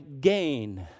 gain